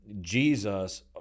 Jesus